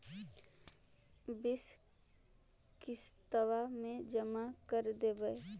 बिस किस्तवा मे जमा कर देवै?